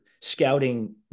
scouting